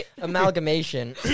amalgamation